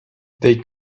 they